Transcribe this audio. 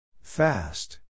Fast